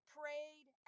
prayed